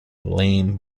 lame